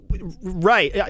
right